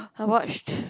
I watched